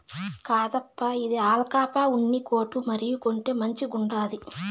కాదప్పా, ఇది ఆల్పాకా ఉన్ని కోటు మరి, కొంటే మంచిగుండాది